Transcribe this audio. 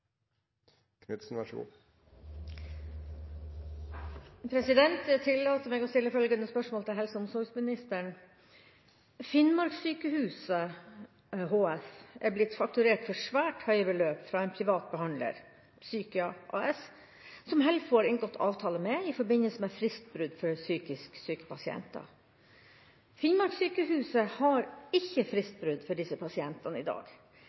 er blitt fakturert for svært høye beløp fra en privat behandler – Psykia AS – som HELFO har inngått avtale med i forbindelse med fristbrudd for psykisk syke pasienter. Finnmarkssykehuset har ikke fristbrudd for disse pasientene i dag.